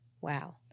Wow